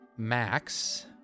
Max